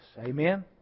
amen